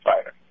fighter